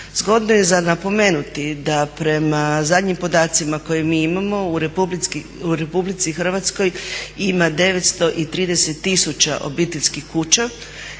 Zgodno je za napomenuti da prema zadnjim podacima koje mi imamo u Republici Hrvatskoj ima 930 tisuća obiteljskih kuća.